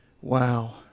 Wow